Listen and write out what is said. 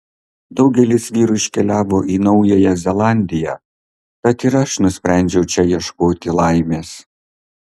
daugelis vyrų iškeliavo į naująją zelandiją tad ir aš nusprendžiau čia ieškoti laimės